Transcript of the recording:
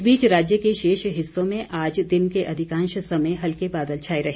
इस बीच राज्य के शेष हिस्सों में आज दिन के अधिकांश समय हल्के बादल छाए रहे